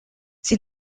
sie